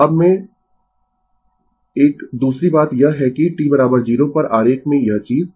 तो अब में एक दूसरी बात यह है कि t 0 पर आरेख में यह चीज